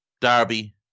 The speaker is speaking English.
Derby